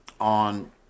on